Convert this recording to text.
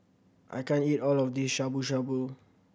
I can't eat all of this Shabu Shabu